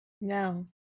No